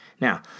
Now